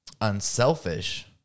unselfish